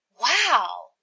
Wow